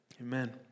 Amen